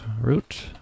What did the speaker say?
root